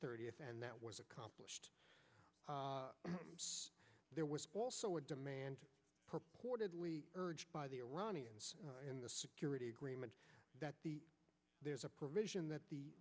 thirtieth and that was accomplished there was also a demand purportedly urged by the iranians in the security agreement that there's a provision that the